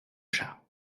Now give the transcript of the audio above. chat